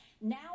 Now